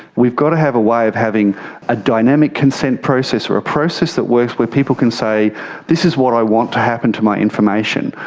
we've got to have a way of having a dynamic consent process or a process that works where people can say this is what i want to happen to my information,